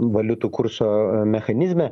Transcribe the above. valiutų kurso mechanizme